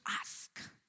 ask